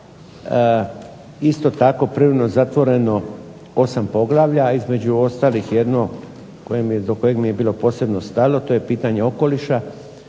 isto tako privremeno zatvoreno 8 poglavlja, a između ostalih jedno do kojeg mi je bilo posebno stalo, to je pitanje okoliša.